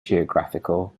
geographical